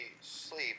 sleep